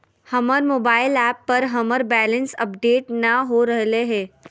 हमर mobile app पर हमर बैलेंस अपडेट नय हो रहलय हें